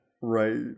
Right